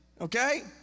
okay